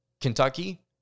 Kentucky